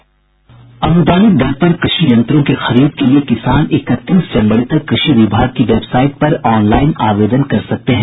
अनुदानित दर पर कृषि यंत्रों की खरीद के लिए किसान इकतीस जनवरी तक कृषि विभाग की वेबसाइट पर ऑनलाईन आवेदन कर सकते हैं